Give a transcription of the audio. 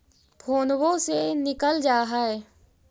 फोनवो से निकल जा है?